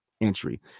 entry